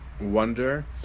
wonder